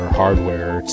hardware